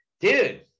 Dude